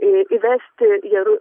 įvesti ir